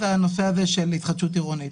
לטובת התחדשות עירונית.